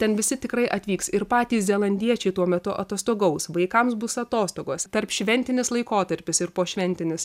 ten visi tikrai atvyks ir patys zelandiečiai tuo metu atostogaus vaikams bus atostogos tarp šventinis laikotarpis ir pošventinis